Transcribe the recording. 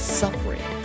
suffering